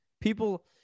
people